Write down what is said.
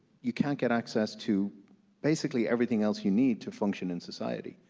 you can't get access to basically everything else you need to function in society.